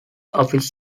office